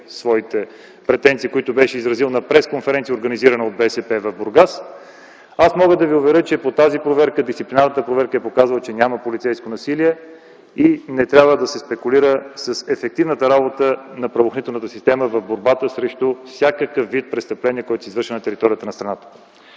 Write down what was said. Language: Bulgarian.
своите претенции, които беше изразил на пресконференция, организирана от БСП в Бургас. Аз мога да ви уверя, че по тази проверка – дисциплинарната проверка е показала, че няма полицейско насилие и не трябва да се спекулира с ефективната работа на правоохранителната система в борбата срещу всякакъв вид престъпления, които се извършват на територията на страната.